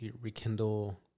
rekindle